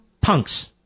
punks